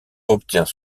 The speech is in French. obtient